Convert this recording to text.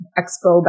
expo